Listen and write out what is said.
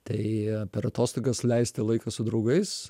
tai per atostogas leisti laiką su draugais